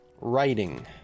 writing